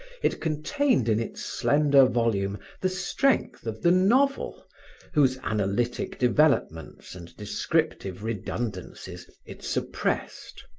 it contained in its slender volume the strength of the novel whose analytic developments and descriptive redundancies it suppressed.